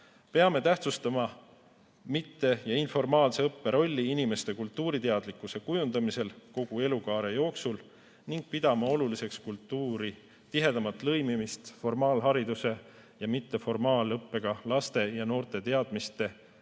Peame tähtsustama mitte- ja informaalse õppe rolli inimeste kultuuriteadlikkuse kujundamisel kogu elukaare jooksul ning pidama oluliseks kultuuri tihedamat lõimimist formaalhariduse ja mitteformaalõppega laste ja noorte teadmiste,